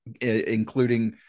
including